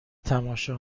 تماشا